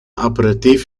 aperitief